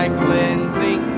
cleansing